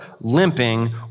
limping